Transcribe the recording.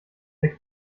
der